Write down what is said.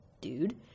dude